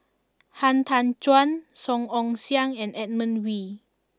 Han Tan Juan Song Ong Siang and Edmund Wee